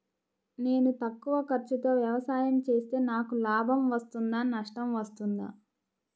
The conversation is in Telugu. నేను తక్కువ ఖర్చుతో వ్యవసాయం చేస్తే నాకు లాభం వస్తుందా నష్టం వస్తుందా?